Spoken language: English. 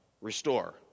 restore